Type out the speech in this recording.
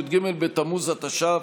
י"ג בתמוז התש"ף,